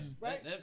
Right